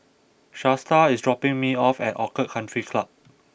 Shasta is dropping me off at Orchid Country Club